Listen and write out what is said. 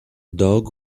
dog